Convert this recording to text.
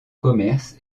commerce